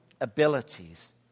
abilities